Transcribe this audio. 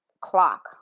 clock